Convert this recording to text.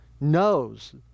knows